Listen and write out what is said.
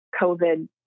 COVID